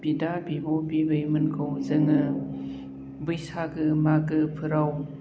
बिदा बिब' बिबैमोनखौ जोङो बैसागु मागोफोराव